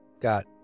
got